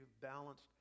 balanced